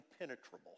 impenetrable